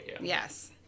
Yes